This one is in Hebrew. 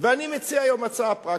אני מציע היום הצעה פרקטית.